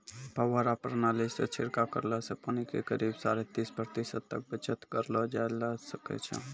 फव्वारा प्रणाली सॅ छिड़काव करला सॅ पानी के करीब साढ़े तीस प्रतिशत तक बचत करलो जाय ल सकै छो